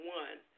one